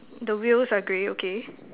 the wheels are grey okay